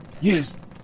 Yes